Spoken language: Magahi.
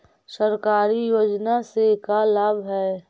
सरकारी योजना से का लाभ है?